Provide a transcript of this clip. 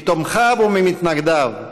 מתומכיו או ממתנגדיו,